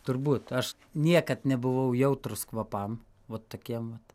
turbūt aš niekad nebuvau jautrus kvapam vat tokiem vat